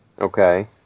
Okay